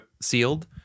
sealed